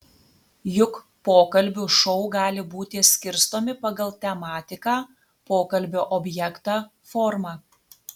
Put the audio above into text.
juk pokalbių šou gali būti skirstomi pagal tematiką pokalbio objektą formą